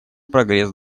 прогресс